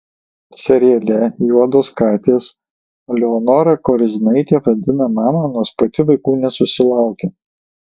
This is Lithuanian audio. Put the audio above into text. seriale juodos katės eleonora koriznaitė vaidina mamą nors pati vaikų nesusilaukė